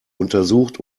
untersucht